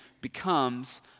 becomes